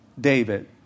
David